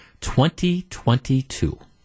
2022